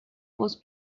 was